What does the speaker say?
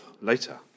later